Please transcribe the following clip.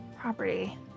property